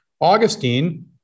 Augustine